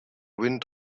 wind